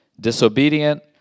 disobedient